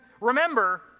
remember